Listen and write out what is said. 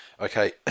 Okay